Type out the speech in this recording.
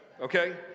Okay